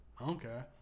Okay